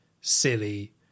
silly